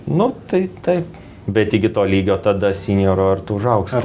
nu tai taip bet iki to lygio tada sinjoro ar tu užaugsi